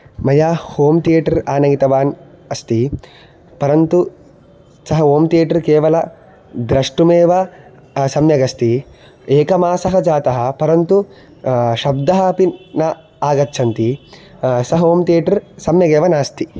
मया होम्तेटर् आनयितवान् अस्ति परन्तु सः होम्तेटर् केवल द्रष्टुमेव सम्यगस्ति एकमासः जातः परन्तु शब्दः अपि न आगच्छन्ति सः होम्तेटर् सम्यगेव नास्ति